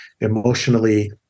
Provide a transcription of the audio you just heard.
emotionally